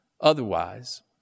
Otherwise